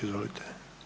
Izvolite.